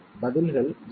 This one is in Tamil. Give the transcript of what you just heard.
பதில்கள் 0